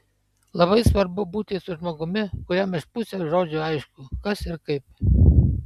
labai svarbu būti su žmogumi kuriam iš pusės žodžio aišku kas ir kaip